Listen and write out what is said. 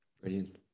Brilliant